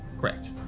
Correct